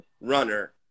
runner